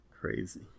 Crazy